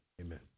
Amen